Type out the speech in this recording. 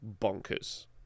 bonkers